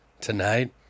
tonight